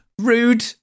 rude